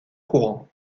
courants